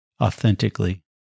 authentically